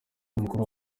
umukuru